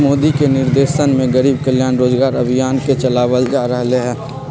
मोदी के निर्देशन में गरीब कल्याण रोजगार अभियान के चलावल जा रहले है